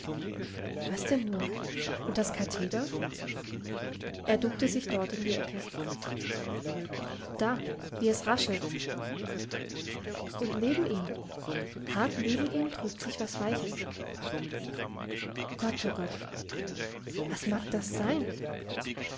was denn nur unters katheder er duckte sich dort in die ecke da wie es raschelt und neben ihm hart neben ihm drückt sich was weiches gott oh gott was mag das sein